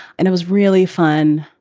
and it was really fun.